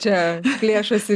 čia plėšosi